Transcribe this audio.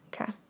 Okay